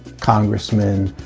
congressmen,